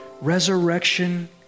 Resurrection